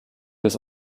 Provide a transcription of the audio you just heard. des